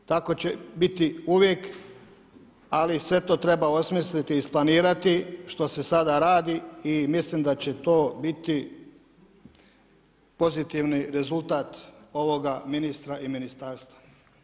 Tako će biti uvijek, ali sve to treba osmisliti, isplanirati što se sada radi i mislim da će to biti pozitivni rezultat ovoga ministra i ministarstva.